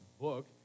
book